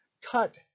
cut